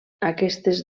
aquestes